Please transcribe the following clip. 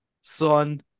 son